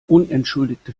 unentschuldigte